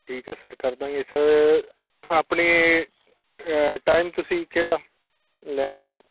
ਠੀਕ ਹੈ ਸਰ ਕਰ ਦਾਂਗੇ ਸਰ ਆਪਣੇ ਟਾਈਮ ਤੁਸੀਂ ਕਿਹੜਾ ਲੈਣਾ ਸਰ